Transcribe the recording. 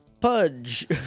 Pudge